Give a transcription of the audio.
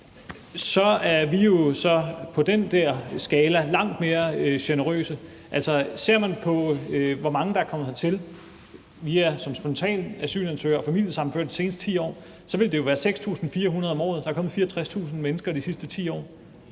så er vi jo på dén skala langt mere generøse. Altså, ser man på, hvor mange der er kommet hertil som spontane asylansøgere og som familiesammenførte de seneste 10 år, så er det jo 6.400 om året; der er kommet 64.000 mennesker i de sidste 10 år.